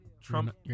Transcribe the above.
Trump